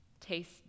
taste